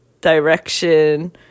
direction